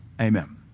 Amen